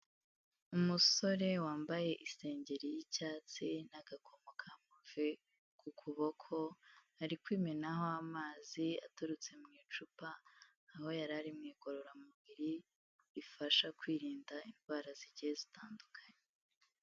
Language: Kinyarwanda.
Umusore wambaye isengeri y'icyatsi n'agakomo ka move ku kuboko, ari kwimenaho amazi aturutse mu icupa, aho yari ari mu igororamubiri, rifasha kwirinda indwara zigiye zitandukanye.